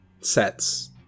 sets